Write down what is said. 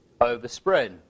overspread